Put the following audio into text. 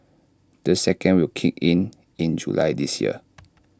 the second will kick in in July this year